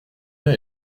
mien